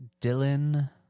Dylan